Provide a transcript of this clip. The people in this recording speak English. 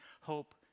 hope